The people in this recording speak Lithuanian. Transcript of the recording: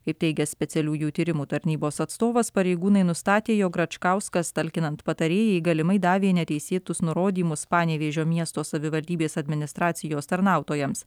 kaip teigia specialiųjų tyrimų tarnybos atstovas pareigūnai nustatė jog račkauskas talkinant patarėjai galimai davė neteisėtus nurodymus panevėžio miesto savivaldybės administracijos tarnautojams